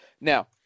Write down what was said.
Now